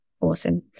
Awesome